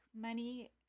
money